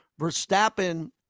Verstappen